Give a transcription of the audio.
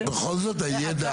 בכל זאת,